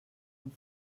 amb